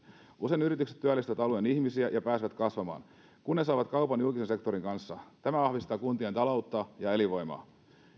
usein yritykset työllistävät alueen ihmisiä ja pääsevät kasvamaan kun ne saavat kaupan julkisen sektorin kanssa tämä vahvistaa kuntien taloutta ja elinvoimaa on